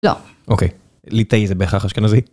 לא. אוקיי. ליטאי זה בהכרח אשכנזי.